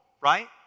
right